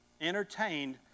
Entertained